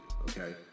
okay